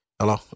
Hello